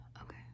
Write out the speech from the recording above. Okay